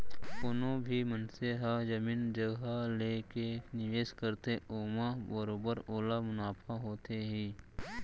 कोनो भी मनसे ह जमीन जघा लेके निवेस करथे ओमा बरोबर ओला मुनाफा होथे ही